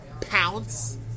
pounce